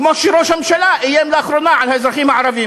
כמו שראש הממשלה איים לאחרונה על האזרחים הערבים.